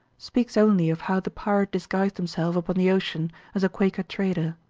speaks only of how the pirate disguised himself upon the ocean as a quaker trader.